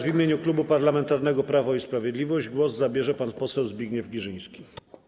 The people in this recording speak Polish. W imieniu Klubu Parlamentarnego Prawo i Sprawiedliwość głos zabierze pan poseł Zbigniew Girzyński.